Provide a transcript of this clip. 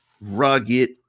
rugged